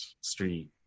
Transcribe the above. street